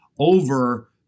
over